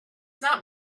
not